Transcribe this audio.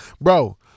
Bro